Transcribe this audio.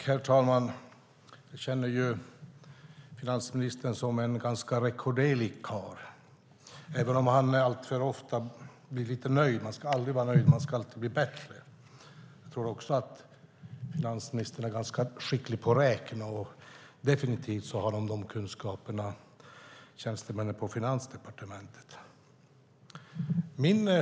Herr talman! Jag känner finansministern som en ganska rekorderlig karl, även om han alltför ofta blir lite nöjd. Man ska aldrig vara nöjd. Man ska alltid bli bättre. Jag tror också att finansministern är ganska skicklig på att räkna, och definitivt har tjänstemännen på Finansdepartementet de kunskaperna.